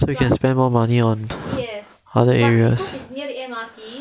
so you can spend more money on other areas